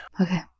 Okay